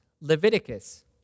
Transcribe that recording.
Leviticus